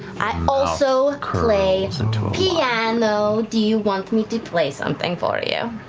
i also play piano. do you want me to play something for you?